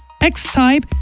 X-Type